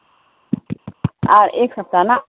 और एक सप्ताह ना